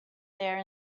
there